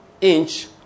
inch